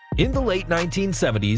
in the late nineteen seventy s,